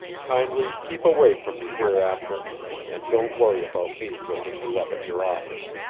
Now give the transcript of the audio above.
kindly keep away from me hereafter and don't worry about me looking you up at your office.